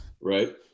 right